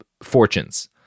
fortunes